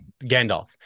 gandalf